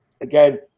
again